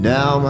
Now